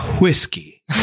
whiskey